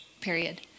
period